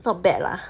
not bad lah